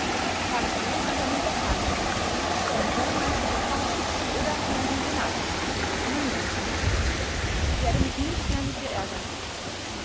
ich habe eben an deinen papa geschrieben daß du einen hofmeister bekommst oder in ein pensionat geschickt wirst um manieren zu lernen ich werde mich nicht mehr mit dir ärgern